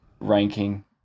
ranking